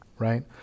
Right